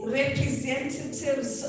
representatives